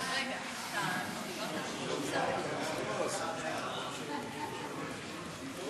הצעת חוק הפיקוח על מזון לבעלי-חיים (תיקון),